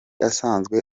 asanzwe